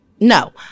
No